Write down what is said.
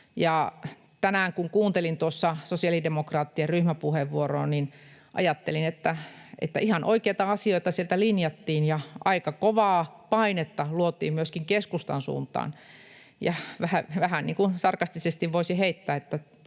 tänään kun kuuntelin tuossa sosiaalidemokraattien ryhmäpuheenvuoroa, ajattelin, että ihan oikeita asioita siellä linjattiin ja aika kovaa painetta luotiin myöskin keskustan suuntaan, ja vähän sarkastisesti voisi heittää,